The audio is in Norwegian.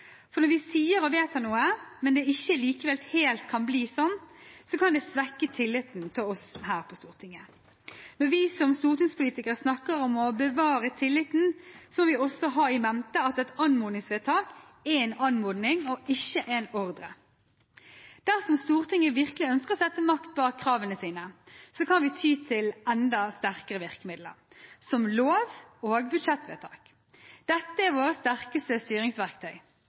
For når vi sier og vedtar noe, men det ikke likevel helt kan bli sånn, kan det svekke tilliten til oss her på Stortinget. Når vi som stortingspolitikere snakker om å bevare tilliten, må vi også ha i mente at et anmodningsvedtak er en anmodning og ikke en ordre. Dersom Stortinget virkelig ønsker å sette makt bak kravene sine, kan vi ty til enda sterkere virkemidler, slik som lov og budsjettvedtak. Dette er våre sterkeste styringsverktøy.